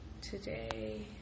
today